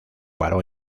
varón